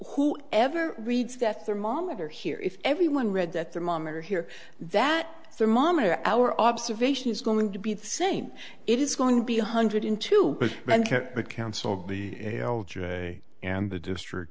who ever reads that thermometer here if everyone read that their mom or hear that their mom or our observation is going to be the same it is going to be a hundred into the council b and the district